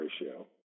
ratio